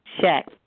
check